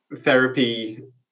therapy